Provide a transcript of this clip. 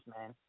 man